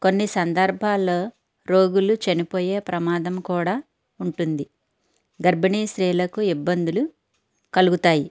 కొన్ని సందర్భాల్లో రోగులు చనిపోయే ప్రమాదం కూడా ఉంటుంది గర్భిణీ స్త్రీలకూ ఇబ్బందులు కలుగుతాయి